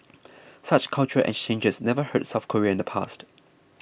such cultural exchanges never hurt South Korea in the past